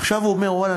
עכשיו הוא אומר: ואללה,